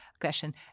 question